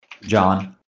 John